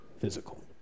physical